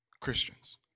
Christians